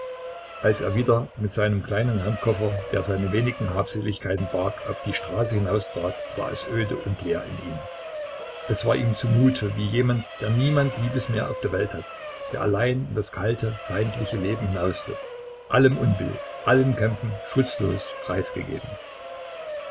als er wieder mit seinem kleinen handkoffer der seine wenigen habseligkeiten barg auf die straße hinaustrat war es öde und leer in ihm es war ihm zu mute wie jemand der niemand liebes mehr auf der welt hat der allein in das kalte feindliche leben hinaustritt allem unbill allen kämpfen schutzlos preisgegeben